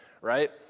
right